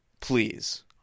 please